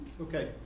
Okay